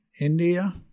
India